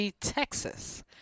Texas